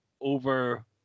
over